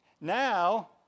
now